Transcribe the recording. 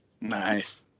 Nice